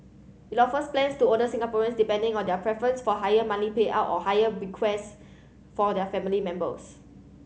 it offers plans to older Singaporeans depending on their preference for higher money payout or higher bequest for their family members